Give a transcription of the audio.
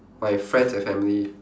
my friends and family